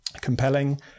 compelling